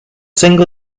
single